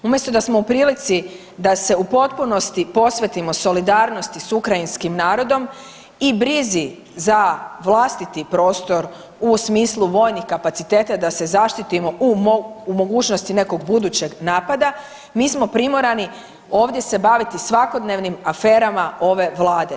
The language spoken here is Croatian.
Umjesto da smo u prilici da se u potpunosti posvetimo solidarnosti s ukrajinskim narodom i brizi za vlastiti prostor u smislu vojnih kapaciteta, da se zaštitimo u mogućnosti nekog budućeg napada, mi smo primorani ovdje se baviti svakodnevnim aferama ove Vlade.